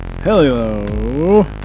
Hello